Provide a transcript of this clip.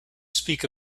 speak